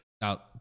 Now